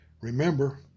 Remember